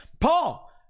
Paul